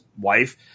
wife